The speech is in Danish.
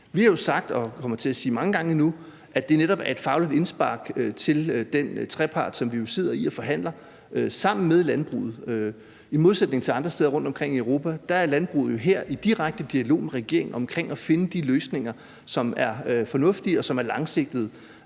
Vi har jo sagt, og det kommer vi til at sige mange gange endnu, at det netop er et fagligt indspark til den trepart, som vi jo sidder og forhandler i sammen med landbruget. I modsætning til andre steder rundtomkring i Europa er landbruget jo her i direkte dialog med regeringen om at finde de løsninger, som er fornuftige, og som er langsigtede.